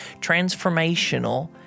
transformational